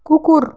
কুকুর